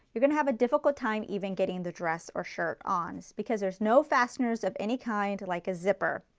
you're going to have a difficult time even getting the dress or the shirt on, because there's no fasteners of any kind like a zipper.